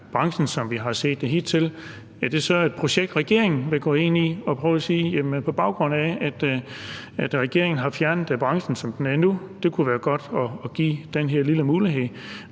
branchen, sådan som vi har set det hidtil – er det så et projekt, regeringen vil gå ind i? Og vil man sige, at på baggrund af at regeringen har fjernet branchen, som den er nu, kunne det være godt at give dem den her lille mulighed?